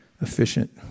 efficient